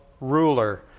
ruler